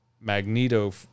Magneto